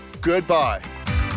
goodbye